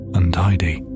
untidy